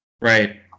Right